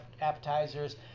appetizers